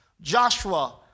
Joshua